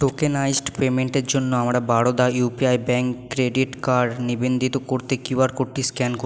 tokenised পেমেন্টের জন্য আমরা Baroda UPI bank credit card নিবন্ধিত করতে কিউআর কোডটি স্ক্যান ক